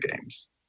games